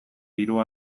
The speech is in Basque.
diru